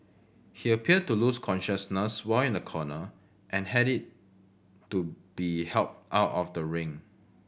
he appeared to lose consciousness while in a corner and had it to be helped out of the ring